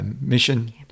mission